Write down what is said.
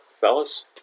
fellas